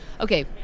Okay